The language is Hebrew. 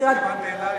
התכוונתי אלייך.